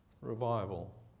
revival